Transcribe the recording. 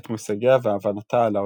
את מושגיה והבנתה על העולם.